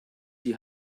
die